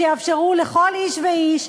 שיאפשרו לכל איש ואיש,